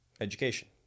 education